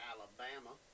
Alabama